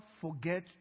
forget